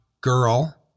girl